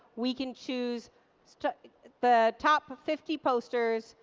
we can choose so the top fifty posters,